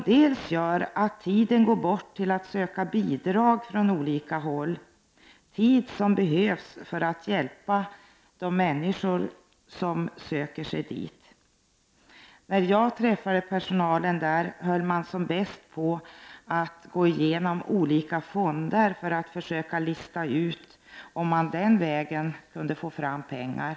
Det gör att tid går förlorad till att söka bidrag från olika håll — tid som behövs för att ge de människor hjälp som söker sig till jouren. När jag träffade personalen på brottsofferjouren i Gävle var man i full färd med att gå igenom olika fonder för att försöka lista ut om man den vägen kunde få fram pengar.